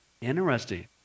interesting